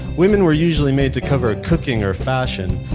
women were usually made to cover cooking or fashion,